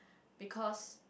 because